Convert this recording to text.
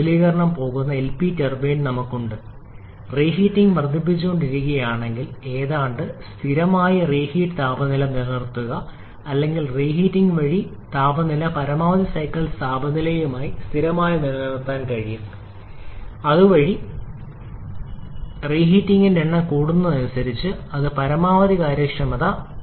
വരെ വിപുലീകരണം പോകുന്ന എൽപി ടർബൈൻ നമുക്കുണ്ട് റീഹീറ്റിങ് വർദ്ധിപ്പിച്ചുകൊണ്ടിരിക്കുകയാണെങ്കിൽ ഏതാണ്ട് സ്ഥിരമായ ശരാശരി റീഹീറ്റ് താപനില നിലനിർത്തുക അല്ലെങ്കിൽ പകരം റീഹീറ്റിങ് വഴി താപനില പരമാവധി സൈക്കിൾ താപനിലയുമായി സ്ഥിരമായി നിലനിർത്താൻ തീർച്ചയായും നമുക്ക് കഴിയും അതുവഴി ഞാൻ ചെയ്യണം റീഹീറ്റിംഗിന്റെ എണ്ണം കൂടുന്നതിനനുസരിച്ച് അത് പരമാവധി കാര്യക്ഷമത